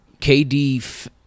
kd